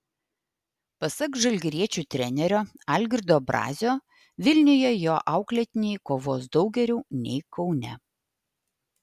pasak žalgiriečių trenerio algirdo brazio vilniuje jo auklėtiniai kovos daug geriau nei kaune